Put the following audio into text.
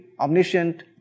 omniscient